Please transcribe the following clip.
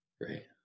Right